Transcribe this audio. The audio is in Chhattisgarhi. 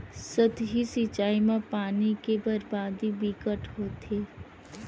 सतही सिचई म पानी के बरबादी बिकट होथे